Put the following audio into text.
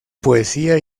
poesía